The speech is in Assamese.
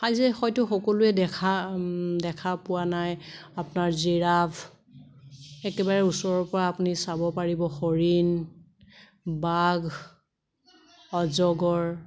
আজি হয়তো সকলোৱে দেখা দেখা পোৱা নাই আপোনাৰ জিৰাফ একেবাৰে ওচৰৰ পৰা আপুনি চাব পাৰিব হৰিণ বাঘ অজগৰ